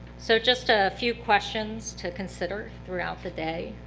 so just a few questions to consider throughout the day,